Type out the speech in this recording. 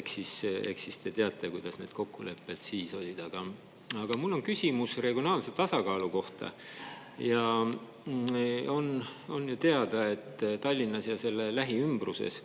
Eks siis te teate, kuidas need kokkulepped siis olid. Aga mul on küsimus regionaalse tasakaalu kohta. On ju teada, et Tallinnas ja selle lähiümbruses